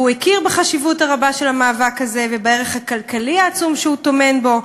והכיר בחשיבות הרבה של המאבק הזה ובערך הכלכלי העצום שטמון בו,